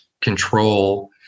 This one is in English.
control